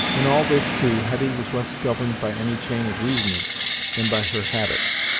in all this, too, hetty was less governed by any chain of reasoning than by her habits,